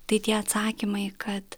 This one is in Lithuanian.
tai tie atsakymai kad